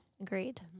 Agreed